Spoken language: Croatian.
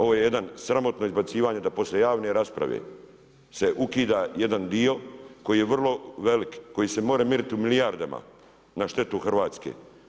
Ovo je jedan, sramotno izbacivanje da poslije javne rasprave se ukida jedan dio koji je vrlo velik, koji se može mjeriti u milijardama na štetu Hrvatske.